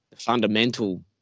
fundamental